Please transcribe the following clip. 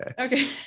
okay